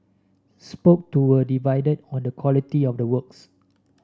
spoke to were divided on the quality of the works